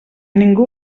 ningú